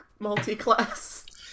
multiclass